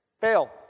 Fail